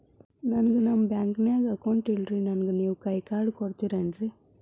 ನನ್ಗ ನಮ್ ಬ್ಯಾಂಕಿನ್ಯಾಗ ಅಕೌಂಟ್ ಇಲ್ರಿ, ನನ್ಗೆ ನೇವ್ ಕೈಯ ಕಾರ್ಡ್ ಕೊಡ್ತಿರೇನ್ರಿ?